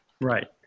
right